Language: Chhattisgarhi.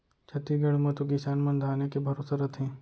छत्तीसगढ़ म तो किसान मन धाने के भरोसा रथें